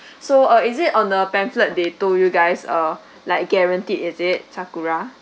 so uh is it on the pamphlet they told you guys uh like guaranteed is it sakura